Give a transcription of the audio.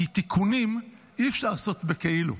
כי תיקונים אי-אפשר לעשות בכאילו,